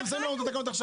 הייתם שמים אותן עכשיו.